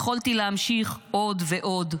יכולתי להמשיך עוד ועוד.